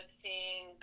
seeing